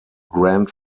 grand